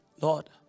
Lord